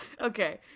Okay